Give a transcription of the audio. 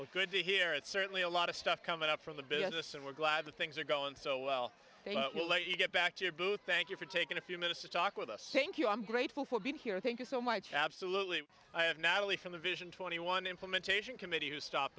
health good to hear it certainly a lot of stuff coming up from the business and we're glad that things are going so well let you get back to your booth thank you for taking a few minutes to talk with us thank you i'm grateful for being here thank you so much absolutely not only from a vision twenty one implementation committee who stop